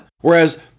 Whereas